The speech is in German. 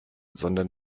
sondern